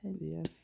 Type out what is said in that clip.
Yes